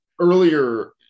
earlier